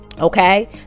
Okay